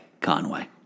Conway